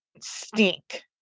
stink